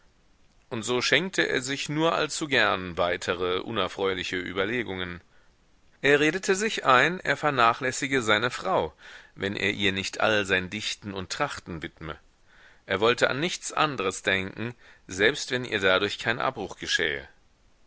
und so schenkte er sich nur allzu gern weitere unerfreuliche überlegungen er redete sich ein er vernachlässige seine frau wenn er ihr nicht all sein dichten und trachten widme er wollte an nichts andres denken selbst wenn ihr dadurch kein abbruch geschähe